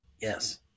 Yes